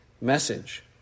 message